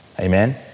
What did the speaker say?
Amen